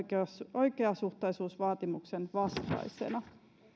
oikeasuhtaisuusvaatimuksen vastaisina